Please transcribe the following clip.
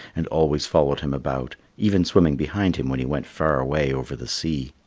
and always followed him about, even swimming behind him when he went far away over the sea.